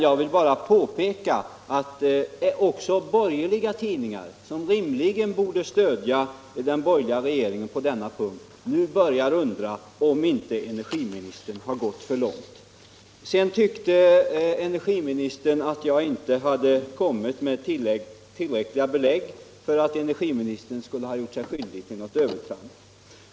Jag vill bara påpeka att också borgerliga tidningar, som rimligen borde stödja den borgerliga regeringen på denna punkt, börjar undra om inte energiministern har gått för långt. Energiministern tyckte inte att jag givit tillräckligt belägg för att energiministern gjort sig skyldig till något övertramp.